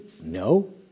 No